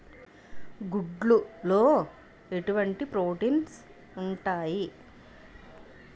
గుడ్లు లో ఎటువంటి ప్రోటీన్స్ ఉంటాయి?